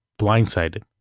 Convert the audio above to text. blindsided